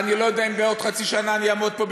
ואני לא יודע אם בעוד חצי שנה אני אעמוד פה,